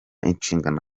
inshingano